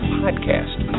podcast